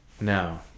Now